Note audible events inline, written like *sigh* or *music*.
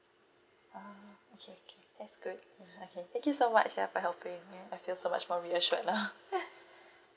oh okay can that's good ya okay thank you so much help for helping ya I feel so much more reassured lah *laughs*